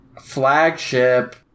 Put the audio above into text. Flagship